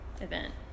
event